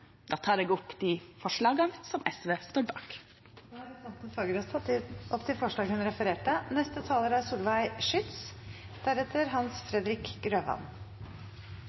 Jeg tar opp de forslagene som SV alene står bak. Da har representanten Mona Fagerås tatt opp de forslagene hun viste til. SFO er